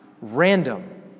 random